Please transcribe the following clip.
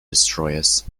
destroyers